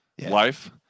life